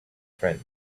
friend